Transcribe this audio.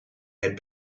had